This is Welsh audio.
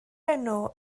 enw